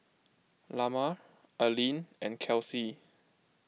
Lamar Aleen and Kelcie